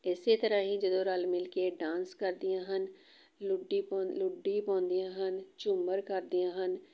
ਇਸ ਤਰ੍ਹਾਂ ਹੀ ਜਦੋਂ ਰਲ ਮਿਲ ਕੇ ਡਾਂਸ ਕਰਦੀਆਂ ਹਨ ਲੁੱਡੀ ਪਾ ਲੁੱਡੀ ਪਾਉਂਦੀਆਂ ਹਨ ਝੂਮਰ ਕਰਦੀਆਂ ਹਨ